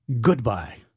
Goodbye